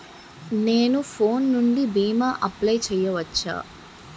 నేను ఫోన్ నుండి భీమా అప్లయ్ చేయవచ్చా?